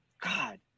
God